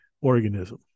organism